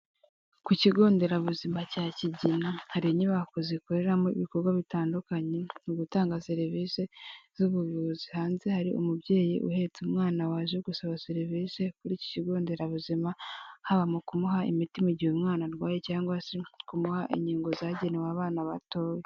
Ku kigo nderabuzima cya kigina hari inyubako zikoreramo ibikorwa bitandukanye mu ugutanga serivisi z'ubuvuzi hanze hari umubyeyi uhetse umwana waje gusaba serivisi ku iki kigo nderabuzima haba mu kumuha imitima igihe umwana arwaye cyangwa se kumuha inkingo zagenewe abana batoya.